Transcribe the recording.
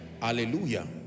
Hallelujah